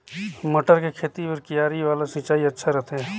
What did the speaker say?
मटर के खेती बर क्यारी वाला सिंचाई अच्छा रथे?